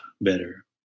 better